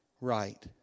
right